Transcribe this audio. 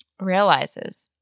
realizes